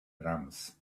drums